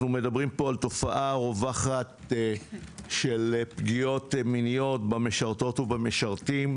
אנחנו מדברים פה על תופעה רווחת של פגיעות מיניות במשרתות ובמשרתים,